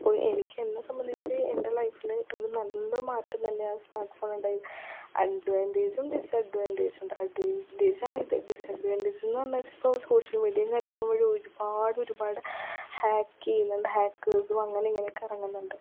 അപ്പോൾ എനിക്ക് എന്നെ സംബന്ധിച്ച് എൻ്റെ ലൈഫിൽ ഒരു നല്ല മാറ്റം തന്നെയാണ് സ്മാർട്ട്ഫോണ് ഉണ്ടായത് അഡ്വാൻ്റേറ്റേജും ഡിസ്അഡ്വാൻ്റേജും ഉണ്ട് അഡ്വാൻറ്റേജ് ആണ് ഇത് ഡിസ്അഡ്വാൻ്റേജ് എന്നു പറഞ്ഞാൽ ഇപ്പോൾ സോഷ്യൽ മീഡിയയും കാര്യങ്ങളും വഴി ഒരുപാട് ഒരുപാട് ഹാക്ക് ചെയ്യുന്നുണ്ട് ഹാക്കേഴ്സും അങ്ങനെ ഇങ്ങനെ ഒക്കെ ഇറങ്ങുന്നുണ്ട്